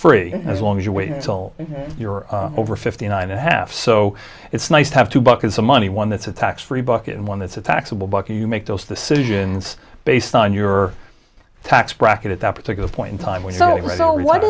free as long as you wait until you're over fifty nine and half so it's nice to have two buckets of money one that's a tax free bucket and one that's a taxable bucket you make those decisions based on your tax bracket at that particular point in time w